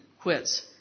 quits